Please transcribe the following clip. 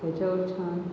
त्याच्यावर छान